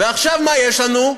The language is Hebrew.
ועכשיו מה יש לנו?